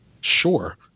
Sure